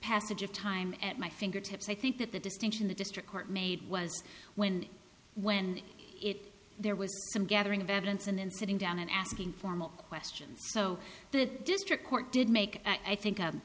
passage of time at my fingertips i think that the distinction the district court made was when when it there was some gathering of evidence and in sitting down and asking formal questions so the district court did make i think